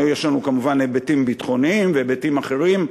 היו שם כמובן היבטים ביטחוניים והיבטים אחרים.